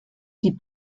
die